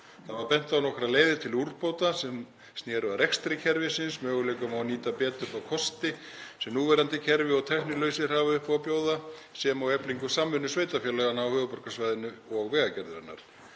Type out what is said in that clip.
Það var bent á nokkrar leiðir til úrbóta sem sneru að rekstri kerfisins, möguleikum á að nýta betur þá kosti sem núverandi kerfi og tæknilausnir hafa upp á að bjóða sem og eflingu samvinnu sveitarfélaganna á höfuðborgarsvæðinu og Vegagerðarinnar.